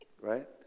right